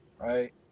Right